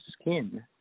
skin